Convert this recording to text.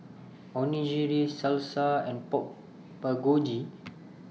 Onigiri Salsa and Pork Bulgogi